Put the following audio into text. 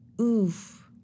Oof